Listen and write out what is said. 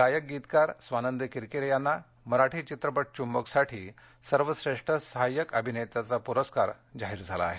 गायक गीतकार स्वानंद किरकिरे यांना मराठी चित्रपट चुम्बक साठी सर्वश्रेष्ठ सहाय्य अभिनेत्याचा पुरस्कार प्राप्त झाला आहे